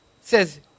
says